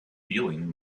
feeling